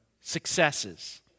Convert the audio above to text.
successes